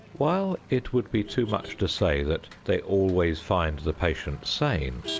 while it would be too much to say that they always find the patient sane,